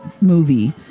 movie